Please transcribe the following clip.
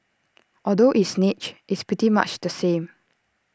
although it's niche it's pretty much the same